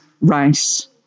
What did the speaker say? race